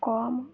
କମ୍